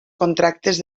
contractes